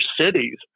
cities